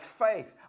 faith